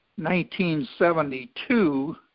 1972